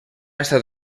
estat